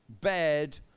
bad